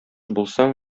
булсаң